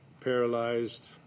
paralyzed